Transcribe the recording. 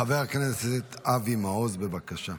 חבר הכנסת אבי מעוז, בבקשה.